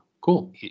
cool